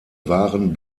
waren